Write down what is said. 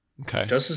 Okay